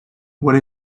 what